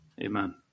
Amen